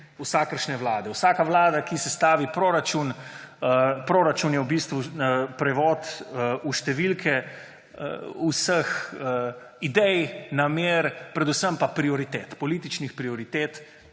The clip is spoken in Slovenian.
vsakršne vlade, vsake vlade, ki sestavi proračun. Proračun je v bistvu prevod vseh idej, namer, predvsem pa prioritet, političnih prioritet